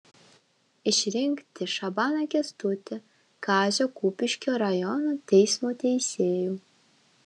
išrinkti šabaną kęstutį kazio kupiškio rajono teismo teisėju